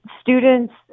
students